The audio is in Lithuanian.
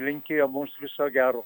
linkėjo mums viso gero